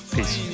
Peace